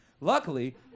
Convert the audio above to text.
Luckily